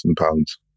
pounds